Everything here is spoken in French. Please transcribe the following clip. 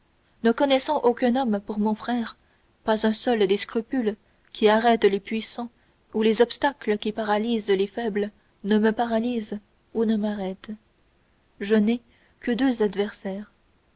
ne reconnaissant aucun homme pour mon frère pas un seul des scrupules qui arrêtent les puissants ou des obstacles qui paralysent les faibles ne me paralyse ou ne m'arrête je n'ai que deux adversaires